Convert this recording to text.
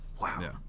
Wow